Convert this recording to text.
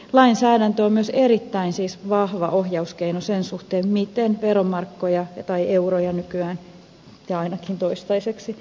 lainsäädäntö on siis myös erittäin vahva ohjauskeino sen suhteen miten veromarkkoja tai euroja nykyään ja ainakin toistaiseksi käytetään